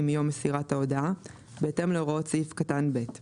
מיום מסירת ההודעה בהתאם להוראות סעיף קטן (ב);